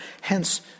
Hence